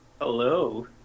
Hello